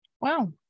Wow